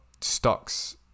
stocks